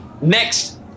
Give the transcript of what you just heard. Next